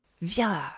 viens